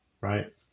right